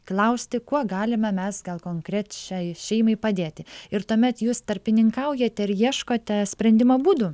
klausti kuo galime mes gal konkrečiai šeimai padėti ir tuomet jūs tarpininkaujate ir ieškote sprendimo būdų